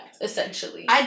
essentially